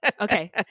okay